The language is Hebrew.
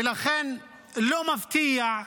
ולכן לא מפתיע,